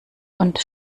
und